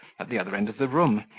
at the other end of the room,